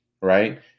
right